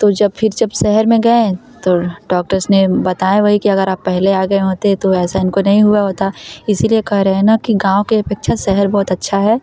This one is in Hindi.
तो जब फिर जब शहर में गये तो डॉक्टर्स ने बताया वही कि अगर आप पहले आ गए होते तो ऐसा इनको नहीं हुआ होता इसलिए कह रहे है न कि गाँव के अपेक्षा शहर बहुत अच्छा है